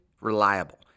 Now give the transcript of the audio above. reliable